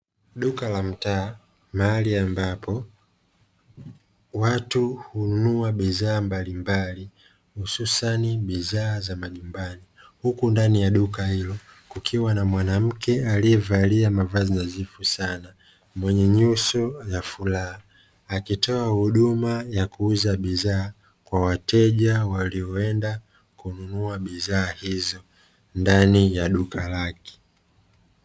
Duka la mtaa mahali ambapo watu hununua bidhaa mbalimbali hususani bidhaa za majumbani huku ndani ya duka hilo, kukiwa na mwanamke aliyevalia mavazi nadhifu sana mwenye nyuso ya furaha akitoa huduma ya kuuza bidhaa kwa wateja walioenda kununua bidhaa hizo ndani ya duka lake.